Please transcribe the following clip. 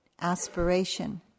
aspiration